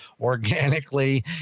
organically